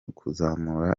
kuzamura